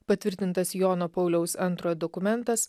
patvirtintas jono pauliaus antrojo dokumentas